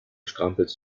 strampelst